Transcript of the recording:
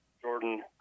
Jordan